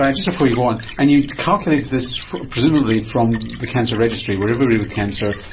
just before you go on, and you calculated this presumably from the cancer registry where everybody with cancer,